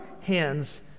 hands